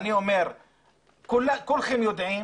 כולכם יודעים